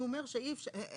הוא אומר שאי אפשר,